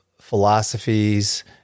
philosophies